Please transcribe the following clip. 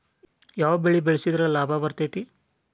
ಯಾವ ಬೆಳಿ ಬೆಳ್ಸಿದ್ರ ಲಾಭ ಬರತೇತಿ?